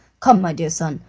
come, my dear son,